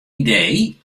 idee